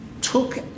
took